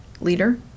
leader